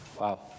Wow